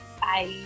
Bye